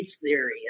theory